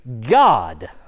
god